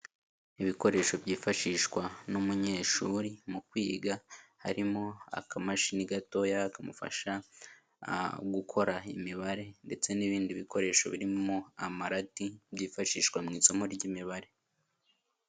Ibikoresho byifashishwa n'umunyeshuri mu kwiga, harimo akamashini gatoya kamufasha gukora imibare ndetse n'ibindi bikoresho birimo amarati byifashishwa mu isomo ry'imibare.